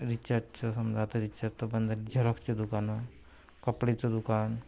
रिचार्जचं समजा आता रिचार्ज तर बंदच झेरॉक्सचे दुकानं कपड्याचं दुकान